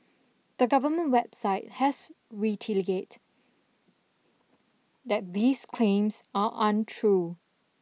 the government website has reteliate that these claims are untrue